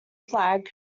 flag